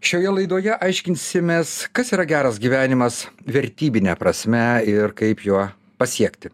šioje laidoje aiškinsimės kas yra geras gyvenimas vertybine prasme ir kaip juo pasiekti